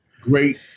Great